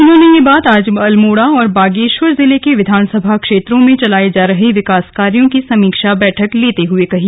उन्होंने ये बात आज अल्मोड़ा और बागेश्वर जिले के विधानसभा क्षेत्रों में चलाए जा रहे विकास कार्यों की समीक्षा बैठक लेते हुए कही